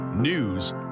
news